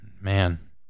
Man